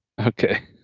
okay